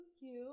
cute